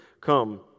come